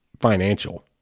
financial